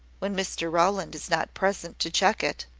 when mr rowland is not present to check it.